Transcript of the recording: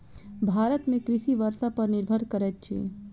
भारत में कृषि वर्षा पर निर्भर करैत अछि